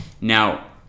Now